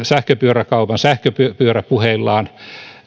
sähköpyöräkaupan sähköpyöräpuheillaan